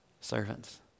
Servants